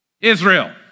Israel